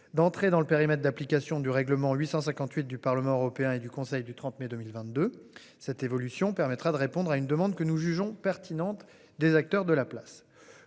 d'entrer dans le périmètre d'application du règlement 858 du Parlement européen et du Conseil du 30 mai 2022. Cette évolution permettra de répondre à une demande que nous jugeons pertinente des acteurs de la place.